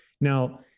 Now